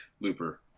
Looper